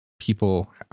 people